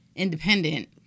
independent